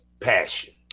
passion